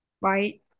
right